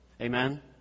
Amen